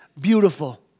beautiful